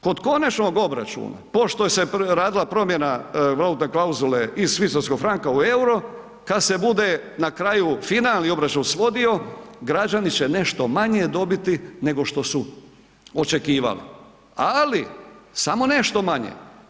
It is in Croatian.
Kod konačnog obračuna pošto se radila promjena valutne klauzule iz švicarskog franka u EUR-o kad se bude na kraju finalni obračun svodio građani će nešto manje dobiti nego što su očekivali, ali samo nešto manje.